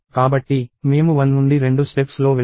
కాబట్టి మేము 1 నుండి రెండు స్టెప్స్ లో వెళుతున్నాము